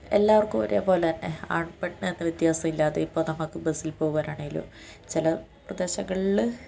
എല്ലാവർക്കും ഒരേപോലെത്തന്നെ ആൺ പെൺ എന്ന വ്യത്യാസമില്ലാതെ ഇപ്പം നമുക്ക് ബസ്സിൽ പോവാനാണെങ്കിലും ചില പ്രദേശങ്ങളിൽ